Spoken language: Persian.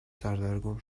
سردرگم